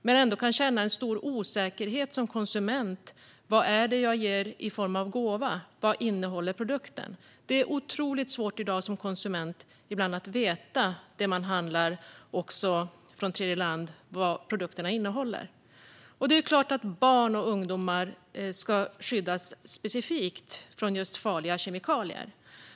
Man kan känna en stor osäkerhet som konsument: Vad är det jag ger i form av den här gåvan - vad innehåller produkten? Det är i dag ibland otroligt svårt att som konsument veta vad det man handlar, även produkter från tredjeland, innehåller. Det är klart att barn och ungdomar ska skyddas specifikt från farliga kemikalier.